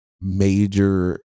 major